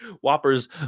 Whoppers